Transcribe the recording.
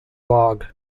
bog